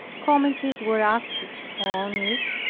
comedies were acted on it,